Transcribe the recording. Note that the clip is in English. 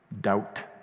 doubt